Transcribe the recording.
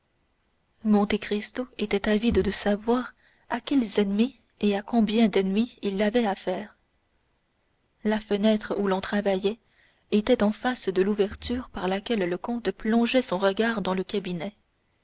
maître monte cristo était avide de savoir à quels ennemis et à combien d'ennemis il avait affaire la fenêtre où l'on travaillait était en face de l'ouverture par laquelle le comte plongeait son regard dans le cabinet